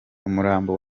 umurambo